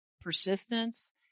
persistence